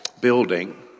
building